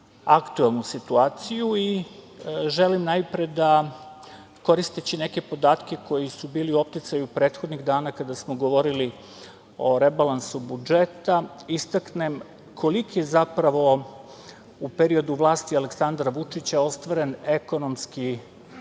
aktuelnu situaciju. Želim najpre da, koristeći neke podatke koji su bili u opticaju prethodnih dana kada samo govorili o rebalansu budžeta, istaknem koliki je zapravo u periodu vlasti Aleksandra Vučića ostvaren ekonomski